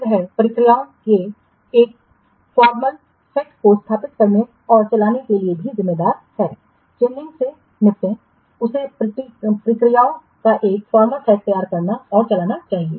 फिर वह प्रक्रियाओं के एक फॉर्मल सेट को स्थापित करने और चलाने के लिए भी जिम्मेदार हैचेंजिंस से निपटें उसे प्रक्रियाओं का एक फॉर्मल सेट तैयार करना और चलाना चाहिए